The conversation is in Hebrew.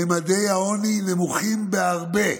ממדי העוני נמוכים בהרבה.